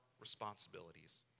responsibilities